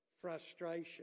frustration